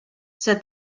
said